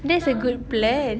that's a good plan